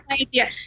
idea